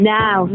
now